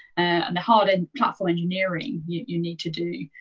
and the hardened platform engineering you need to do.